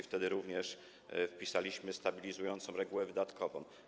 Wtedy również wpisaliśmy stabilizującą regułę wydatkową.